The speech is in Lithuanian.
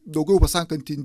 daugiau pasakanti